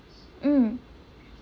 mm